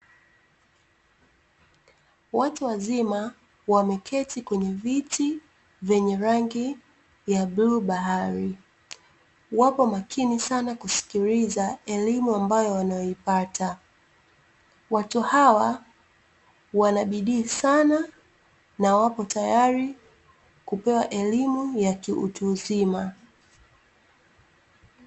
Watu wazima wameketi kwenye viti vyenye rangi ya bluu bahari. Wapo makini sana kusikiliza elimu ambayo wanayoipata. Watu hawa wana bidii sana, na wapo tayari kupewa elimu ya kiutu uzima.